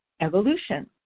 evolution